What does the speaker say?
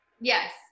yes